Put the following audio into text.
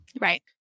Right